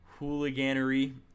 hooliganery